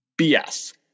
BS